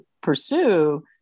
pursue